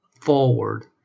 forward